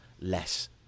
less